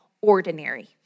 ordinary